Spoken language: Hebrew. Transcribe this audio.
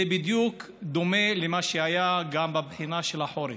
זה דומה למה שהיה גם בבחינה של החורף: